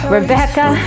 Rebecca